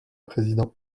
président